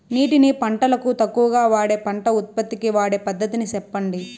నీటిని పంటలకు తక్కువగా వాడే పంట ఉత్పత్తికి వాడే పద్ధతిని సెప్పండి?